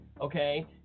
okay